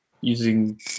using